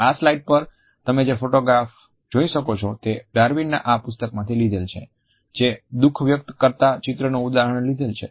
આ સ્લાઈડ પર તમે જે ફોટોગ્રાફ્સ જોઈ શકો છો તે ડાર્વિનના આ પુસ્તકમાંથી લીધેલ છે જે દુઃખ વ્યક્ત કરતા ચિત્રનું ઉદાહરણ લીધેલ છે